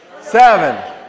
Seven